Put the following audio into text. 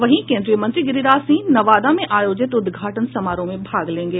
वहीं केंद्रीय मंत्री गिरिराज सिंह नवादा में आयोजित उद्घाटन समारोह में भाग लेंगे